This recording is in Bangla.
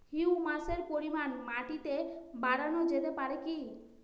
হিউমাসের পরিমান মাটিতে বারানো যেতে পারে কি?